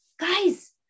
Guys